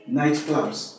nightclubs